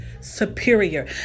superior